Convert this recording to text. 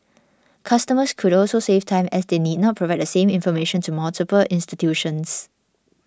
customers could also save time as they need not provide the same information to multiple institutions